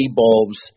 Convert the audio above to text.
bulbs